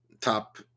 top